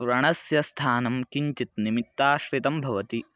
व्रणस्य स्थानं किञ्चित् निमित्ताश्रितं भवति